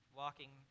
walking